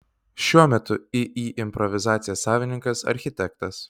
šiuo metu iį improvizacija savininkas architektas